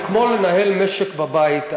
זה כמו לנהל משק בית,